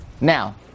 Now